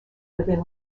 within